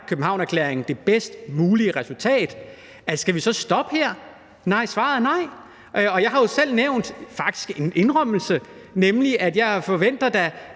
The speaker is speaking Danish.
Københavnererklæringen det bedst mulige resultat. Skal vi så stoppe her? Svaret er nej. Og jeg er jo faktisk selv kommet med en indrømmelse, nemlig at jeg, da